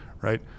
right